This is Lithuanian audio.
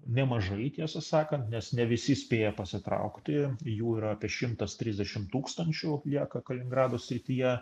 nemažai tiesą sakant nes ne visi spėja pasitraukti jų yra apie šimtas trisdešim tūkstančių lieka kaliningrado srityje